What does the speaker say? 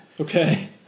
Okay